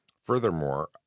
Furthermore